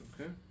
Okay